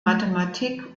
mathematik